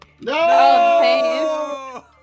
No